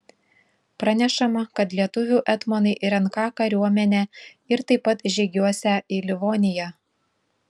pranešama kad lietuvių etmonai renką kariuomenę ir taip pat žygiuosią į livoniją